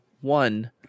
one